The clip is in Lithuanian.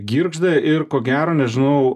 girgžda ir ko gero nežinau